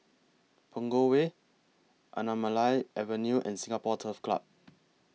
Punggol Way Anamalai Avenue and Singapore Turf Club